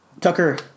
Tucker